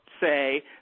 say